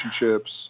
relationships